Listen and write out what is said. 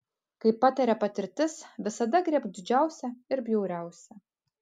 kaip pataria patirtis visada griebk didžiausią ir bjauriausią